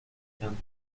cáncer